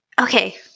Okay